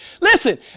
Listen